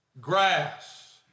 grass